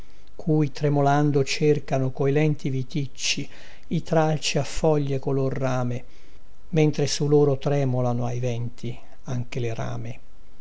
cui tremolando cercano coi lenti viticci i tralci a foglie color rame mentre su loro tremolano ai venti anche le rame